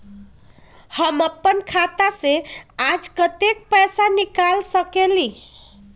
हम अपन खाता से आज कतेक पैसा निकाल सकेली?